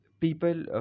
people